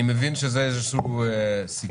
אני מבין שזה איזה שהוא סיכום?